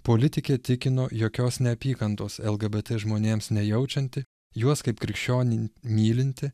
politikė tikino jokios neapykantos lgbt žmonėms nejaučianti juos kaip krikščionin mylinti